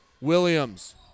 Williams